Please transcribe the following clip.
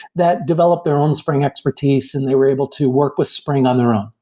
that develop their own spring expertise and they were able to work with spring on their own.